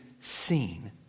seen